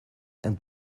and